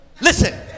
Listen